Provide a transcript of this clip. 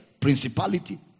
principality